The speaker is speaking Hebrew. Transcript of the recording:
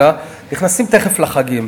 נכנסים תכף לחגים,